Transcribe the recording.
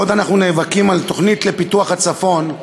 בעוד אנחנו נאבקים על תוכנית לפיתוח הצפון,